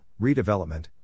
redevelopment